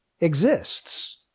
exists